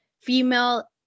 female